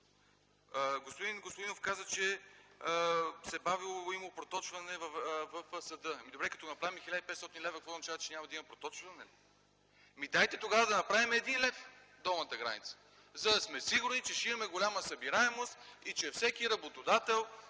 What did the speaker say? че се бавело, че имало проточване в съда. Добре, като направим 1500 лв. – какво означава, че няма да има проточване ли? Дайте тогава да направим 1 лв. долната граница, за да сме сигурни, че ще имаме голяма събираемост и че всеки работодател,